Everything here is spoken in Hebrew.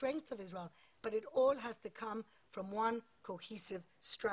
אין לנו אסטרטגיה,